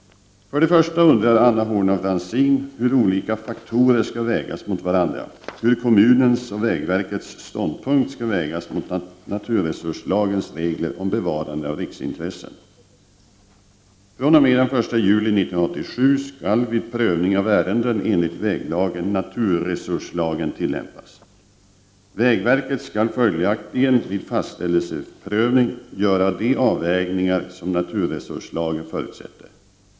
I den första frågan undrar Anna Horn af Rantzien hur olika faktorer skall vägas mot varandra; hur kommunens och vägverkets ståndpunkt skall vägas mot naturresurslagens regler om bevarande av riksintressen. fr.o.m. den 1 juli 1987 skall vid prövning av ärenden enligt väglagen naturresurslagen tillämpas. Vägverket skall följaktligen vid fastställelseprövningen göra de avvägningar som naturresurslagen förutsätter.